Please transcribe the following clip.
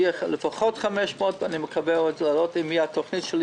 יהיו לפחות 500. אם תהיה התוכנית שלי,